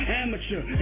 amateur